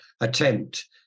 attempt